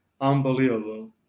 unbelievable